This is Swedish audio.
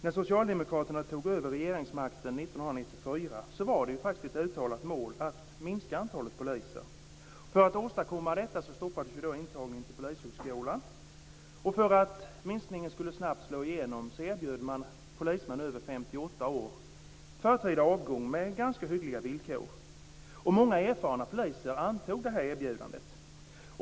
När socialdemokraterna tog över regeringsmakten 1994 var det faktiskt ett uttalat mål att minska antalet poliser. För att åstadkomma detta stoppades intagningen till Polishögskolan. För att minskningen snabbt skulle slå igenom erbjöd man polismän över 58 år förtida avgång med ganska hyggliga villkor. Många erfarna poliser antog det här erbjudandet.